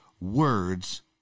words